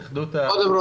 שלום לכולם.